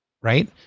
Right